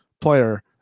player